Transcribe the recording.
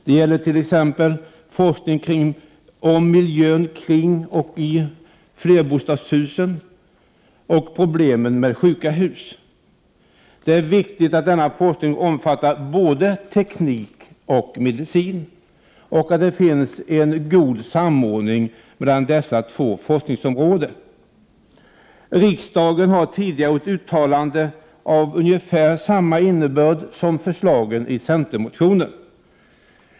Det gäller t.ex. forskning om miljön kring och i flerbostadshusen och problemen med sjuka hus. Det är viktigt att denna forskning omfattar både teknik och medicin och att det finns en god samordning mellan dessa två forskningsområden. Riksdagen har tidigare gjort ett uttalande av ungefär samma innebörd som förslagen i centermotionen.